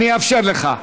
אני אאפשר לך.